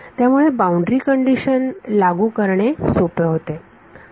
त्यामुळे boundary condition लागू करणे सोपे होते